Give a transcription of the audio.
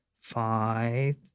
five